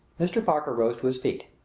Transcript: mr. parker rose to his feet.